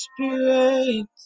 Spirit